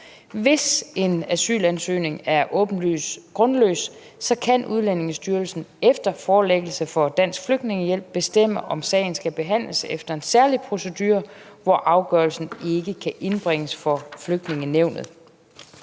Hvis en asylansøgning er åbenlyst grundløs, kan Udlændingestyrelsen efter forelæggelse for Dansk Flygtningehjælp bestemme, om sagen skal behandles efter en særlig procedure, hvor afgørelsen ikke kan indbringes for Flygtningenævnet.